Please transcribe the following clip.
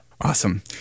Awesome